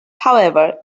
however